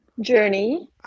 journey